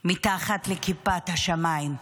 מתחת לכיפת השמיים.